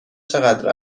چقدر